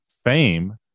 fame